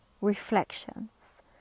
reflections